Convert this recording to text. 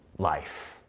life